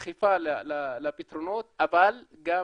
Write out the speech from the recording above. בדחיפה לפתרונות, אבל גם